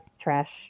Trash